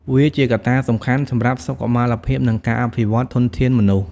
វាជាកត្តាសំខាន់សម្រាប់សុខុមាលភាពនិងការអភិវឌ្ឍធនធានមនុស្ស។